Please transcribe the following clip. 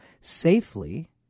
safely